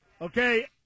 Okay